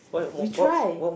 we try